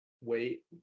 Wait